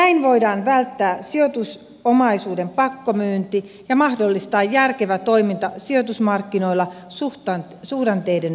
näin voidaan välttää sijoitusomaisuuden pakkomyynti ja mahdollistaa järkevä toiminta sijoitusmarkkinoilla suhdanteiden mukaisesti